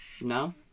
No